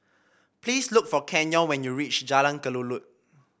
please look for Canyon when you reach Jalan Kelulut